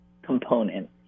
component